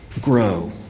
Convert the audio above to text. grow